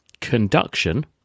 Conduction